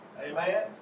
amen